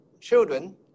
children